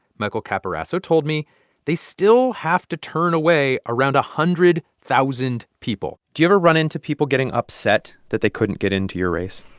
michael capiraso told me they still have to turn away around a hundred thousand people do you ever run into people getting upset that they couldn't get into your race?